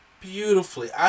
beautifully